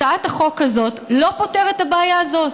הצעת החוק הזאת לא פותרת את הבעיה הזאת.